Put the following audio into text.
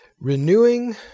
renewing